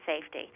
safety